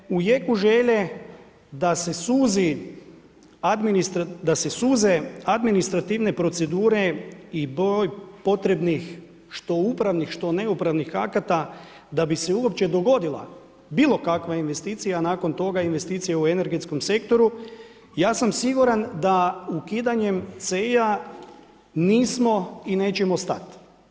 Dakle, u jeku želje da se suze administrativne procedure i broj potrebnih što upravnih što neupravnih akata da bi se uopće dogodila bilokakva investicija nakon toga investicija u energetskom sektoru, ja sam siguran da ukidanjem CEI-ja nismo i nećemo stati.